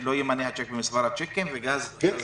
לא יימנה הצ'ק במספר הצ'קים --- כן.